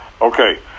Okay